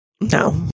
No